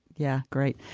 yeah, great.